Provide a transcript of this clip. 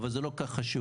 אבל זה לא כל כך חשוב.